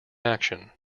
action